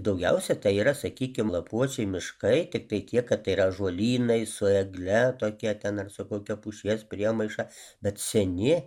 daugiausia tai yra sakykim lapuočiai miškai tiktai tiek kad tai yra ąžuolynai su egle tokia ten ar su kokia pušies priemaiša bet seni